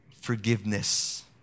forgiveness